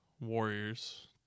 warriors